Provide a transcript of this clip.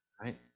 right